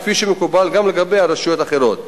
כפי שמקובל גם לגבי רשויות אחרות,